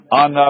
on